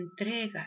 Entrega